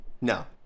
no